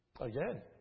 Again